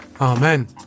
amen